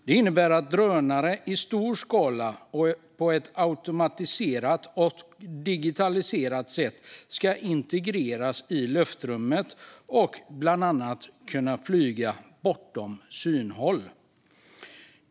Det innebär att drönare i stor skala och på ett automatiserat och digitaliserat sätt ska integreras i luftrummet och bland annat kunna flyga bortom synhåll.